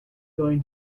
going